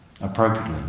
appropriately